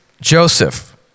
Joseph